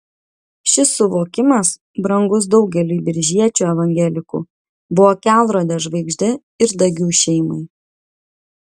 šis suvokimas brangus daugeliui biržiečių evangelikų buvo kelrode žvaigžde ir dagių šeimai